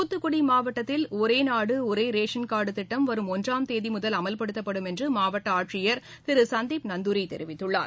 தூத்துக்குடி மாவட்டத்தில் ஒரே நாடு ஒரே ரேஷன் கார்டு திட்டம் வரும் ஒன்றாம் தேதி முதல் அமல்படுத்தப்படும் என்று மாவட்ட ஆட்சியர் திரு சந்தீப் நந்தூரி தெரிவித்துள்ளார்